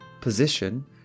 position